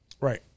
right